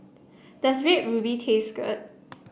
does Red Ruby taste good